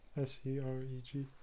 S-E-R-E-G